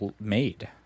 made